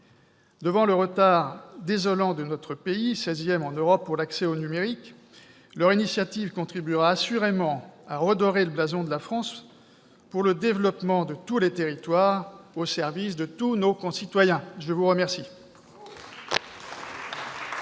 Devant le retard désolant de notre pays, au seizième rang en Europe pour l'accès au numérique, cette initiative contribuera assurément à redorer le blason de la France, pour le développement de tous les territoires au service de l'ensemble de nos concitoyens. Bravo ! La parole